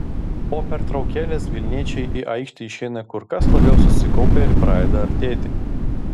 po pertraukėlės vilniečiai į aikštę išeina kur kas labiau susikaupę ir pradeda artėti